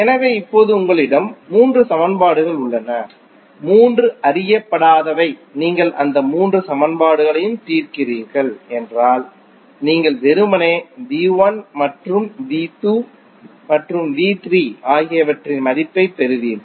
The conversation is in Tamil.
எனவே இப்போது உங்களிடம் மூன்று சமன்பாடுகள் உள்ளன மூன்று அறியப்படாதவை நீங்கள் அந்த மூன்று சமன்பாடுகளையும் தீர்க்கிறீர்கள் என்றால் நீங்கள் வெறுமனே மற்றும் ஆகியவற்றின் மதிப்பைப் பெறுவீர்கள்